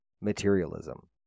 materialism